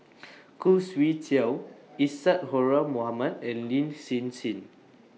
Khoo Swee Chiow Isadhora Mohamed and Lin Hsin Hsin